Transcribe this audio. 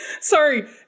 Sorry